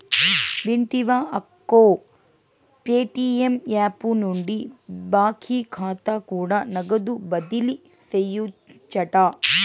వింటివా అక్కో, Paytm app నుండి బాకీ కాతా కూడా నగదు బదిలీ సేయొచ్చంట